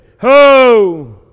ho